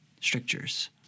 strictures